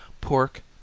pork